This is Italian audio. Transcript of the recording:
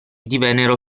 divennero